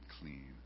clean